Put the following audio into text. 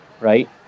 right